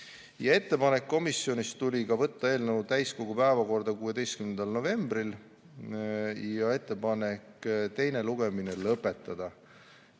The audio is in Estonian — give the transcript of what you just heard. ka ettepanek võtta eelnõu täiskogu päevakorda 16. novembril ja ettepanek teine lugemine lõpetada.